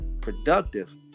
productive